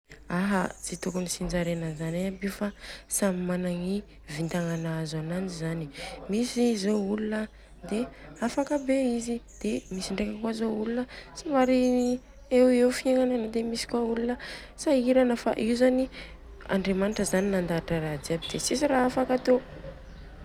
Aha ts tokony tsinjarena zany aby Io fa samy managna i vatagna nahazo ananjy zany. Mizy zô olona de afaka be izy, de misy ndreka kôa zô olona somary hoe fiegnana de misy kôa olona sahirana fa Io zany Andrimanitra zany mandahatra ra jiaby de tsisy ra afaka atô.